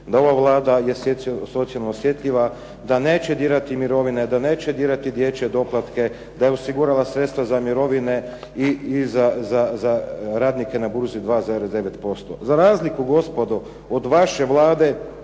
da ova Vlada je socijalno osjetljiva, da neće dirati mirovine, da neće dirati dječje doplatke, da je osigurala sredstva za mirovine i za radnike na burzi 2,9%. Za razliku gospodo od vaše Vlade